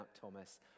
Thomas